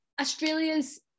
Australia's